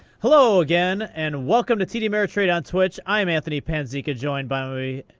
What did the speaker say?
hello again. and welcome to td ameritrade on twitch. i'm anthony panzeca joined by.